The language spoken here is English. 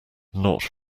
not